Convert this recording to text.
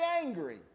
angry